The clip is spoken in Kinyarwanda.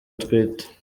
atwite